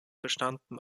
bestanden